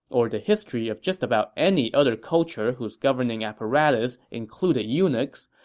or the history of just about any other culture whose governing apparatus included eunuchs,